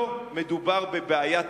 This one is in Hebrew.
לא מדובר בבעיה תקציבית.